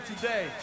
today